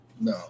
No